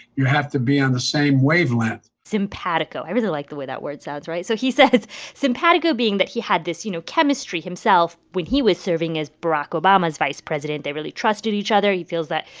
you have to be on the same wavelength simpatico i really like the way that word sounds, right? so he says simpatico being that he had this, you know, chemistry himself when he was serving as barack obama's vice president. they really trusted each other. he feels that,